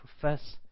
profess